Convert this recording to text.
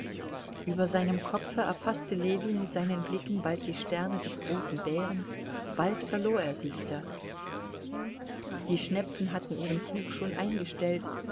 über seinem kopfe erfaßte ljewin mit seinen blicken bald die sterne des großen bären bald verlor er sie wieder die schnepfen hatten ihren flug schon eingestellt